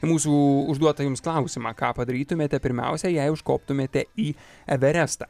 į mūsų užduotą jums klausimą ką padarytumėte pirmiausia jei užkoptumėte į everestą